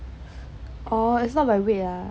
or it's not my way ah